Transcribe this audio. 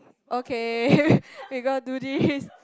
okay we gonna do this